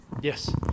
Yes